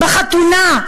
בחתונה,